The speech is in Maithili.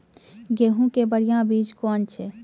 गेहूँ के बढ़िया बीज कौन छ?